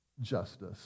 justice